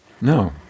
No